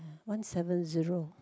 one seven zero